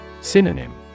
Synonym